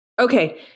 okay